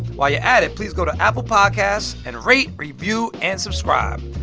while you're at it, please go to apple podcasts and rate, review and subscribe.